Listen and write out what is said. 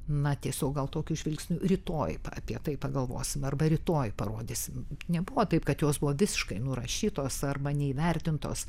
na tiesiog gal tokiu žvilgsniu rytoj apie tai pagalvosim arba rytoj parodysim nebuvo taip kad jos buvo visiškai nurašytos arba neįvertintos